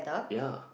ya